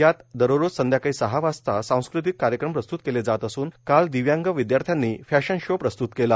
यात दररोज संध्याकाळी सहा वाजता सांस्कृतिक कार्यक्रम प्रस्तुत केले जात असून काल दिव्यांग विद्यार्थ्यांनी फॅशन शो प्रस्तुत केला